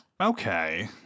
Okay